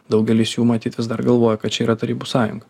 daugelis jų matyt vis dar galvoja kad čia yra tarybų sąjunga